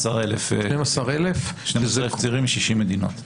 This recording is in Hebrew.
12,000 מ-60 מדינות.